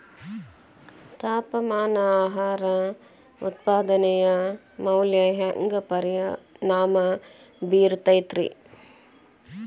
ತಾಪಮಾನ ಆಹಾರ ಉತ್ಪಾದನೆಯ ಮ್ಯಾಲೆ ಹ್ಯಾಂಗ ಪರಿಣಾಮ ಬೇರುತೈತ ರೇ?